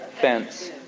fence